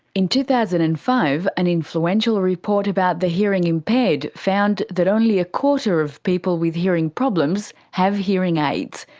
in two thousand and five an influential report about the hearing impaired found that only a quarter of the people with hearing problems have hearing aids.